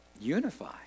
Unify